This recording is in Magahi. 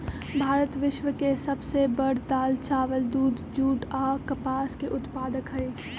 भारत विश्व के सब से बड़ दाल, चावल, दूध, जुट आ कपास के उत्पादक हई